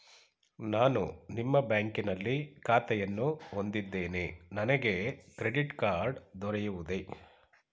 ನಾನು ನಿಮ್ಮ ಬ್ಯಾಂಕಿನಲ್ಲಿ ಖಾತೆಯನ್ನು ಹೊಂದಿದ್ದೇನೆ ನನಗೆ ಕ್ರೆಡಿಟ್ ಕಾರ್ಡ್ ದೊರೆಯುವುದೇ?